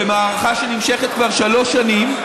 במערכה שנמשכת כבר שלוש שנים,